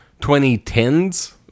2010s